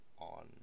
on